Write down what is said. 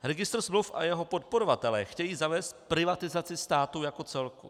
Registr smluv a jeho podporovatelé chtějí zavést privatizaci státu jako celku.